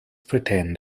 pretend